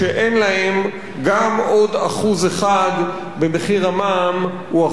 גם עוד 1% במחיר המע"מ הוא 1% יותר מדי.